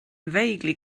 vaguely